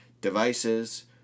devices